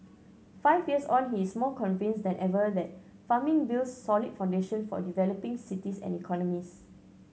five years on he is more convinced than ever that farming builds solid foundation for developing cities and economies